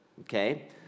Okay